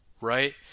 right